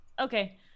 Okay